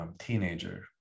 teenager